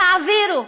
תעבירו,